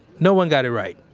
no one got it right.